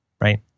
Right